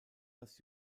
das